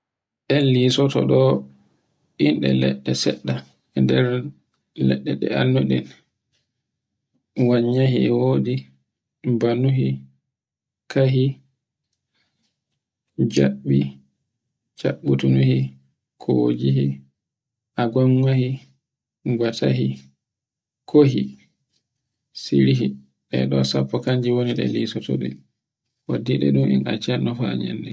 En liso toinde leɗɗe e nder leɗɗe ɗe annduɗen. Ngal nyohi e wodi, ba nuhi, kahi, jabbi, cabbutunohi, kojihi, aban wahi, ngatahi, sirhi, edo sappo kanji woni ɗe lisoto ɗe. Koddiɗun ɗun en accuɗun haa yande